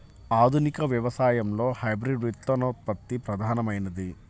ఆధునిక వ్యవసాయంలో హైబ్రిడ్ విత్తనోత్పత్తి ప్రధానమైనది